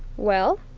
well?